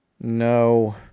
No